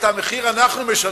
את המחיר אנחנו משלמים,